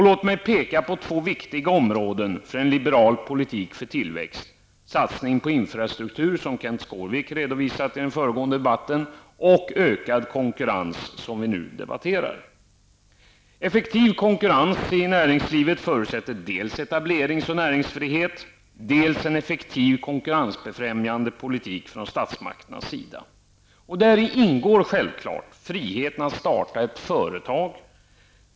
Låt mig peka på två viktiga områden för en liberal politik för tillväxt: Satsning på infrastruktur som Kenth Skårvik redovisat i den föregående debatten och ökad konkurrens som vi nu debatterar. Effektiv konkurrens i näringslivet förutsätter dels etablerings och näringsfrihet, dels en effektiv konkurrensbefrämjande politik från statsmakternas sida.'' Däri ingår självklart friheten att starta ett företag.